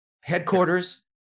headquarters